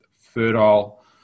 fertile